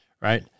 right